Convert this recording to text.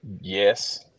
Yes